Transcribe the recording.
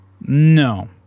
No